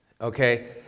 Okay